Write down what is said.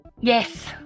yes